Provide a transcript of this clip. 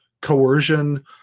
coercion